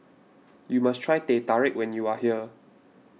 you must try Teh Tarik when you are here